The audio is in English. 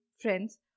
friends